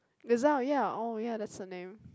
gazelle ya oh ya that's the name